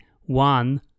one